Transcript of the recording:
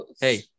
Hey